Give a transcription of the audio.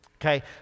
Okay